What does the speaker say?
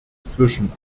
zwischen